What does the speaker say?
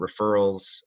referrals